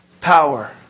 power